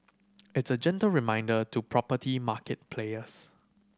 it's a gentle reminder to property market players